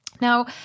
Now